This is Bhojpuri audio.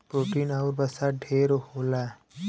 प्रोटीन आउर वसा ढेर होला